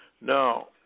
Now